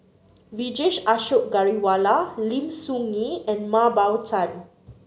Vijesh Ashok Ghariwala Lim Soo Ngee and Mah Bow Tan